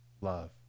love